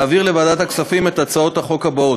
להעביר לוועדת הכספים את הצעות החוק האלו: